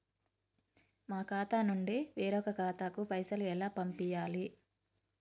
మా ఖాతా నుండి వేరొక ఖాతాకు పైసలు ఎలా పంపియ్యాలి?